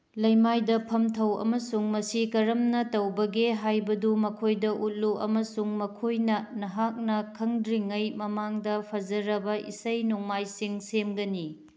ꯂꯩꯃꯥꯏꯗ ꯐꯝꯊꯧ ꯑꯃꯁꯨꯡ ꯃꯁꯤ ꯀꯔꯝꯅ ꯇꯧꯕꯒꯦ ꯍꯥꯏꯕꯗꯨ ꯃꯈꯣꯏꯗ ꯎꯠꯂꯨ ꯑꯃꯁꯨꯡ ꯃꯈꯣꯏꯅ ꯅꯍꯥꯛꯅ ꯈꯪꯗ꯭ꯔꯤꯉꯩ ꯃꯃꯥꯡꯗ ꯐꯖꯔꯕ ꯏꯁꯩ ꯅꯣꯡꯃꯥꯏꯁꯤꯡ ꯁꯦꯝꯒꯅꯤ